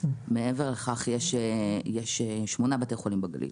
מעבר לכך יש שמונה בתי חולים בגליל,